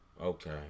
Okay